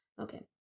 Okay